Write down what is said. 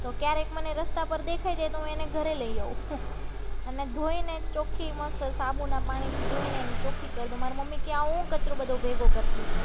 તો ક્યારેક મને રસ્તા પર દેખાય જાય તો હું એને ઘરે લઈ આવું અને ધોઈને ચોક્ખી મસ્ત સાબુના પાણીથી ધોઈ એને ચોખ્ખી કરી દઉં મારી મમ્મી આવું હું કચરો બધો ભેગો કરતી છું